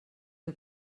que